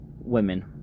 women